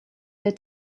der